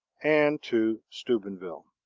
and to steubenville.